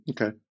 Okay